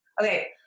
okay